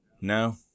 No